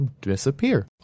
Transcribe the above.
disappear